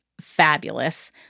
fabulous